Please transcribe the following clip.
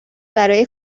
برای